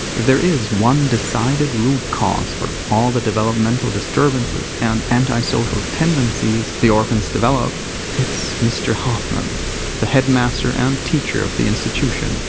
if there is one decided root cause for all the developmental disturbances and antisocial tendencies the orphans develop it's mr. hoffman the headmaster and teacher of the institution.